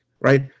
right